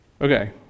Okay